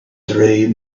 through